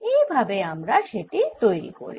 এই ভাবে আমরা সেটি তৈরি করি